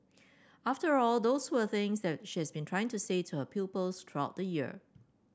after all those were things that she has been trying to say to her pupils throughout the year